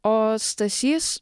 o stasys